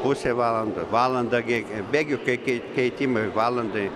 pusė valanda valanda gi bėgių kei kei keitimui valandai